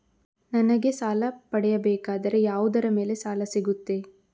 ನನಗೆ ಸಾಲ ಪಡೆಯಬೇಕಾದರೆ ಯಾವುದರ ಮೇಲೆ ಸಾಲ ಸಿಗುತ್ತೆ?